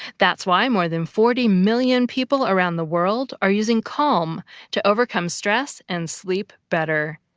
that's why more than forty million people around the world are using calm to overcome stress and sleep better.